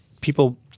People